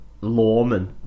Lawman